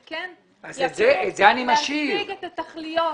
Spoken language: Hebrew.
שכן יעזרו להשיג את התכליות.